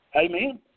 Amen